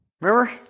Remember